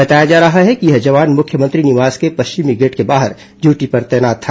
बताया जा रहा है कि यह जवान मुख्यमंत्री निवास के पश्चिमी गेट के बाहर ड्यूटी में तैनात था